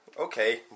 Okay